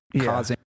causing